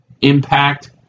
impact